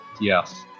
Yes